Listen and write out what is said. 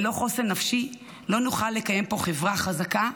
ללא חוסן נפשי לא נוכל לקיים פה חברה חזקה,